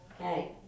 Okay